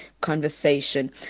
conversation